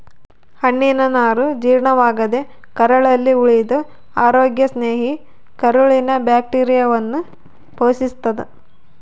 ಹಣ್ಣಿನನಾರು ಜೀರ್ಣವಾಗದೇ ಕರಳಲ್ಲಿ ಉಳಿದು ಅರೋಗ್ಯ ಸ್ನೇಹಿ ಕರುಳಿನ ಬ್ಯಾಕ್ಟೀರಿಯಾವನ್ನು ಪೋಶಿಸ್ತಾದ